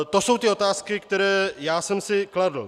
To jsou ty otázky, které já jsem si kladl.